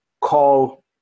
call